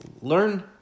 Learn